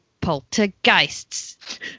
poltergeists